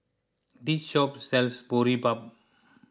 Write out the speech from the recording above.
this shop sells Boribap